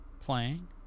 playing